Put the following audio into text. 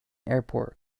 airport